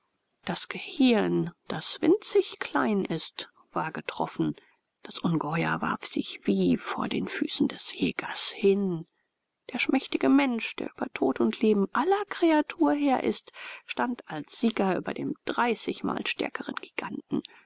das gehirn das winzig klein ist war getroffen das ungeheuer warf sich wie vor den füßen des jägers hin der schmächtige mensch der über tod und leben aller kreatur herr ist stand als sieger über dem dreißigmal stärkeren giganten